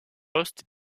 poste